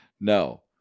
no